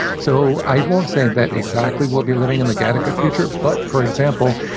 so i won't say that exactly we'll be living in the gattaca future. but for example,